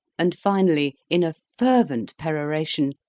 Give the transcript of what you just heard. and finally, in a fervent peroration,